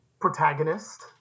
protagonist